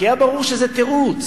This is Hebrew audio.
כי היה ברור שזה תירוץ.